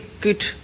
good